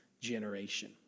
generation